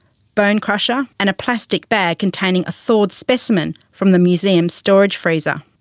bonecrusher and a plastic bag containing a thawed specimen from the museum's storage freezer.